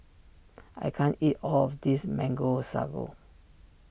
I can't eat all of this Mango Sago